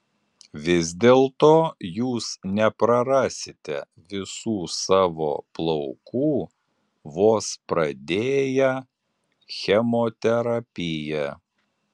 vis dėlto jūs neprarasite visų savo plaukų vos pradėję chemoterapiją